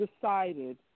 decided